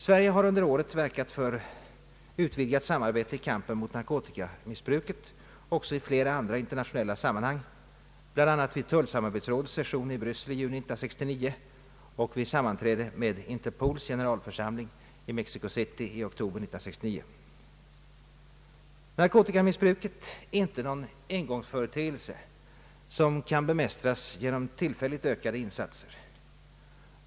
Sverige har under året verkat för utvidgat samarbete i kampen mot narkotikamissbruket också i flera andra internationella sammanhang, bl.a. vid tullsamarbetsrådets session i Bryssel i juni 1969 och vid sammanträde med Interpols generalförsamling i Mexico City i oktober 1969. Narkotikamissbruket är inte någon engångsföreteelse som kan bemästras genom tillfälligt ökade insatser.